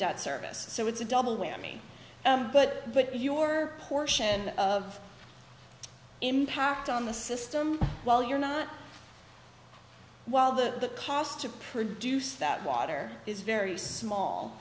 debt service so it's a double whammy but put your portion of impact on the system while you're not while the cost to produce that water is very small